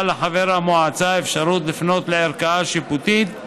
לחבר המועצה אפשרות לפנות לערכאה שיפוטית,